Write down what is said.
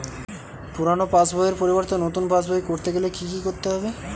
পুরানো পাশবইয়ের পরিবর্তে নতুন পাশবই ক রতে গেলে কি কি করতে হবে?